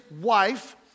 wife